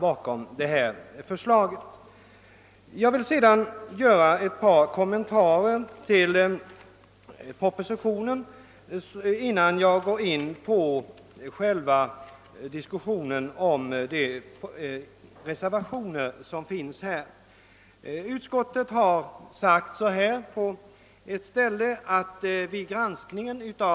Att så är förhållandet framgick även av socialministerns anförande. Innan jag går över till de reservationer som fogats till utlåtandet vill jag göra ett par kommentarer till propositionen.